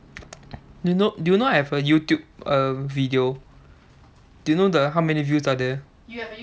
do you do you know I have a youtube err video do you know the how many views are there